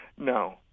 No